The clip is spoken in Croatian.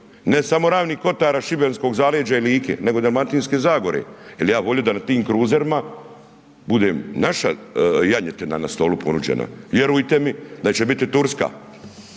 ne samo Ravni kotara šibenskog zaleđa i Like, nego i Dalmatinske zagore. Jel ja bi volio da na tim kruzerima bude naša janjetina na stolu ponuđena, vjerujte mi da će biti turska,